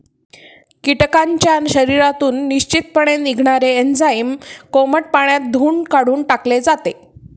कीटकांच्या शरीरातून निश्चितपणे निघणारे एन्झाईम कोमट पाण्यात धुऊन काढून टाकले जाते